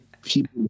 People